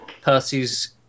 Percy's